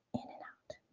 in and out.